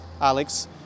Alex